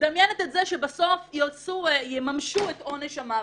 מדמיינת את זה שבסוף יממשו את עונש המוות,